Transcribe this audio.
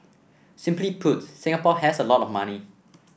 simply put Singapore has a lot of money